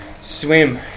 swim